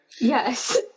Yes